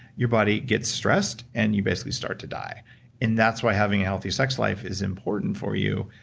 your body gets stressed and you basically start to die and that's why having a healthy sex life is important for you,